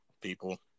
people